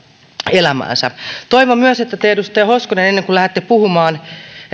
elämäänsä toivon myös että te edustaja hoskonen ennen kuin lähdette puhumaan